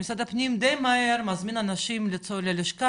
משרד הפנים די מהר מזמין אנשים ללשכה